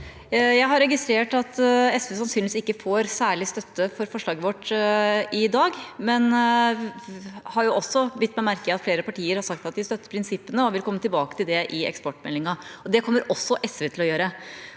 Jeg har registrert at SV sannsynligvis ikke får særlig støtte for forslaget vårt i dag, men har også bitt meg merke i at flere partier har sagt at de støtter prinsippene og vil komme tilbake til det i eksportmeldinga. Det kommer også SV til å gjøre.